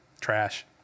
Trash